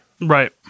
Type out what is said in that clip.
Right